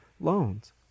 loans